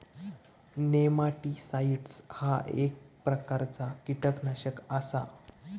nematicides ह्या एक प्रकारचा कीटकनाशक आसा